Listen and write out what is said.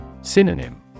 Synonym